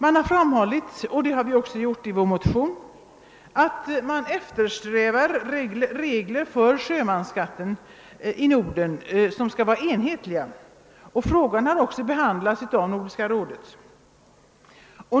Man har framhållit — det har vi också gjort i vår motion — att man eftersträvar enhetliga regler för sjömansskatten i Norden. Denna fråga har också behandlats i Nordiska rådet.